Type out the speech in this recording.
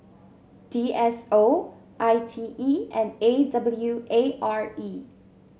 D S O I T E and A W A R E